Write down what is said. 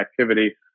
activity